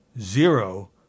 zero